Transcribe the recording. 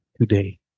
today